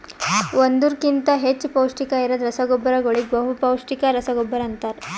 ಒಂದುರ್ ಕಿಂತಾ ಹೆಚ್ಚ ಪೌಷ್ಟಿಕ ಇರದ್ ರಸಗೊಬ್ಬರಗೋಳಿಗ ಬಹುಪೌಸ್ಟಿಕ ರಸಗೊಬ್ಬರ ಅಂತಾರ್